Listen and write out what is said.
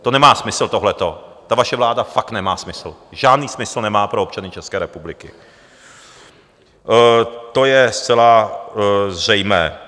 To nemá smysl tohleto, ta vaše vláda fakt nemá smysl, žádný smysl nemá pro občany České republiky, to je zcela zřejmé.